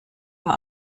war